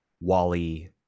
wally